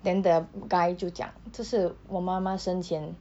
then the guy 就讲这是我妈妈身前